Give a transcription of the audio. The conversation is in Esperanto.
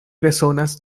bezonas